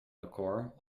record